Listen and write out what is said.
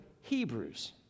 Hebrews